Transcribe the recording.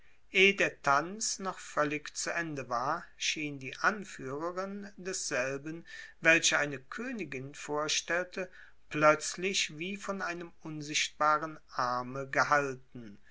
der tanz noch völlig zu ende war schien die anführerin desselben welche eine königin vorstellte plötzlich wie von einem unsichtbaren arme gehalten